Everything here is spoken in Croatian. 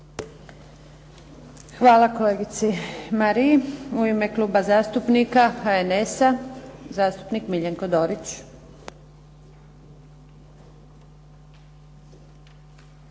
Hvala kolegici Mariji. U ime Kluba zastupnika HNS-a zastupnik Miljenko Dorić.